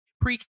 pre